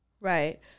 Right